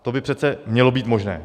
To by přece mělo být možné.